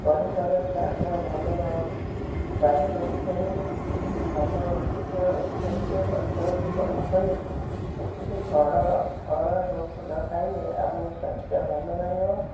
ପନିପରିବା ସ୍ୱାଦ ଭଲ ରହୁନି ବାଡ଼ି ବଗିଚାରେ ଭଲ ଉଦ୍ଭିଦ ଜାତୀୟ ଗଛ ଉତ୍ପନ୍ନ କରି ସେଥିରୁ ଫଳ ଫଳ ଏବଂ ଫୁଲ ଖାଇଲେ ଆମର ସ୍ୱାସ୍ଥ୍ୟ ଭଲ ରହିବ